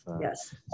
Yes